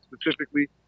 specifically